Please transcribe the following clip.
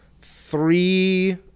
three